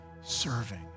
serving